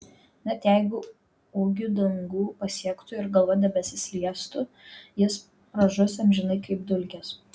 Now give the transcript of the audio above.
net jeigu ūgiu dangų pasiektų ir galva debesis liestų jis pražus amžinai kaip dulkės